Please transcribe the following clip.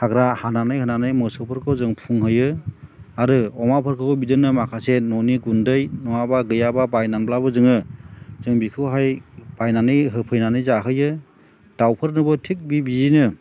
हाग्रा हानाने होनानै मोसौफोरखौ जों फुंहोयो आरो अमा फोरखौबो बिदिनो माखासे ननि गुन्दै नङाब्ला गैयाब्ला बायनानैब्लाबो जोङो जों बिखौहाय बायनानै होफैनानै जाहोयो दाउफोरनोबो थिख बिदिनो